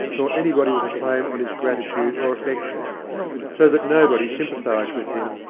nor anybody with a claim on his gratitude or affection so that nobody sympathised with him,